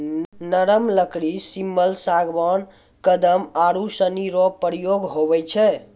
नरम लकड़ी सिमल, सागबान, कदम आरू सनी रो प्रयोग हुवै छै